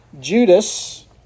Judas